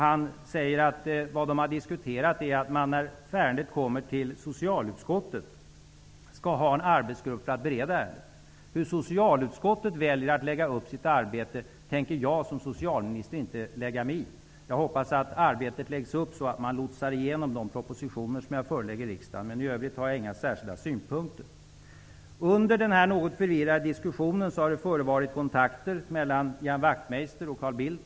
Han sade att man har diskuterat frågan om att utse en arbetsgrupp för att bereda ärendet när det kommer till socialutskottet. Hur socialutskottet väljer att lägga upp sitt arbete tänker jag som socialminister inte lägga mig i. Jag hoppas att arbetet läggs upp så att man lotsar igenom de propositioner som jag förelägger riksdagen. I övrigt har jag inga särskilda synpunkter. Under den här något förvirrade diskussionen har det förevarit kontakter mellan Ian Wachtmeister och Carl Bildt.